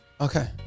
Okay